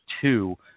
two